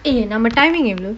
eh நம்ம:namma timing எவ்ளோ:evalo